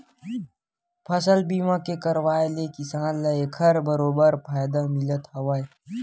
फसल बीमा के करवाय ले किसान ल एखर बरोबर फायदा मिलथ हावय